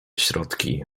środki